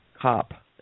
cop